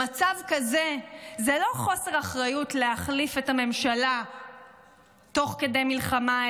במצב כזה זה לא חוסר אחריות להחליף את הממשלה תוך כדי מלחמה,